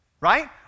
right